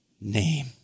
name